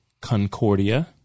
Concordia